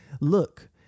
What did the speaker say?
Look